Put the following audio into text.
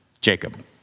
Jacob